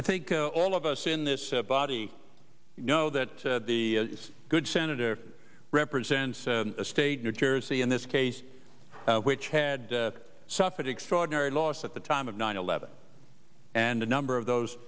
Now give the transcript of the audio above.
i think all of us in this body know that the good senator represents a state new jersey in this case which had suffered extraordinary loss at the time of nine eleven and a number of those